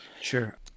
Sure